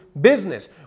business